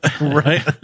Right